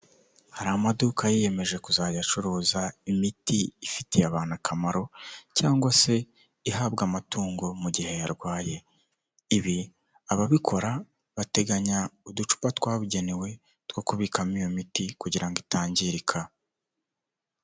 Hari amaduka yiyemeje kuzajya acuruza imiti ifitiye abantu akamaro cyangwa se ihabwa amatungo mu gihe yarwaye, ibi ababikora bateganya uducupa twabugenewe two kubikamo iyo miti kugira ngo itangirika.